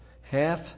half